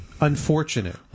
unfortunate